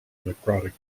necrotic